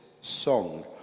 song